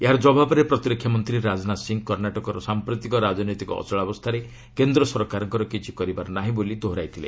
ଏହାର ଜବାବରେ ପ୍ରତିରକ୍ଷା ମନ୍ତ୍ରୀ ରାଜନାଥ ସିଂହ କର୍ଷ୍ଣାଟକର ସାମ୍ପ୍ରତିକ ରାଜନୈତିକ ଅଚଳାବସ୍ଥାରେ କେନ୍ଦ୍ର ସରକାରଙ୍କର କିଛି କରିବାର ନାହିଁ ବୋଲି ଦୋହରାଇଥିଲେ